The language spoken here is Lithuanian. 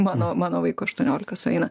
mano mano vaikui aštuoniolika sueina